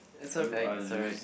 it's alright it's alright